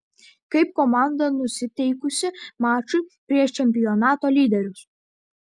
kaip komanda nusiteikusi mačui prieš čempionato lyderius